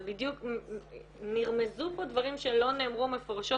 אבל נרמזו פה דברים שלא נאמרו מפורשות